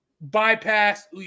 bypass